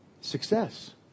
success